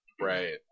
Right